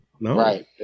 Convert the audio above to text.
Right